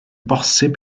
bosib